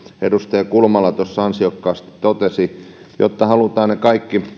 edustaja kulmala tuossa ansiokkaasti totesi jos halutaan kaikki